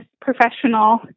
professional